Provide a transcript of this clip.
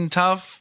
tough